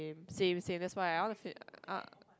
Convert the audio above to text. same same that's why I want to say uh